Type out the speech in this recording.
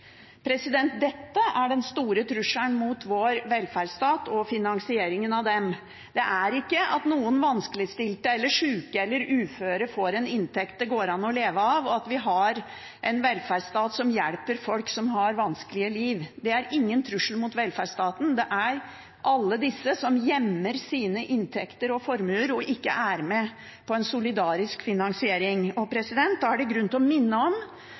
Dette er den store trusselen mot vår velferdsstat og finansieringen av den. Det er ikke at noen vanskeligstilte eller syke eller uføre får en inntekt det går an å leve av, eller at vi har en velferdsstat som hjelper folk som har et vanskelig liv. Det er ingen trussel mot velferdsstaten. Det er alle disse som gjemmer sine inntekter og formuer og ikke er med på en solidarisk finansiering. Da er det grunn til å minne om